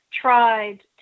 tried